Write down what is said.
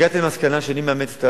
הגעתי למסקנה שאני מאמץ את